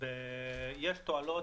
יש תועלות,